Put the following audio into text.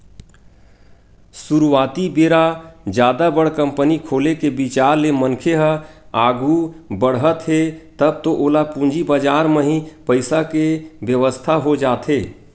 सुरुवाती बेरा जादा बड़ कंपनी खोले के बिचार ले मनखे ह आघू बड़हत हे तब तो ओला पूंजी बजार म ही पइसा के बेवस्था हो जाथे